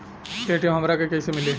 ATM हमरा के कइसे मिली?